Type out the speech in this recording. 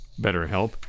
BetterHelp